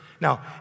Now